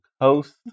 host